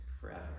forever